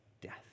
death